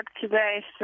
today